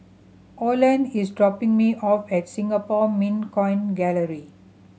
Oland is dropping me off at Singapore Mint Coin Gallery